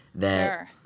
Sure